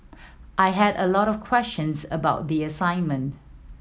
I had a lot of questions about the assignment